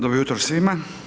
Dobro jutro svima.